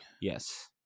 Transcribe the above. Yes